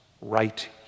right